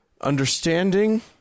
understanding